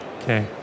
Okay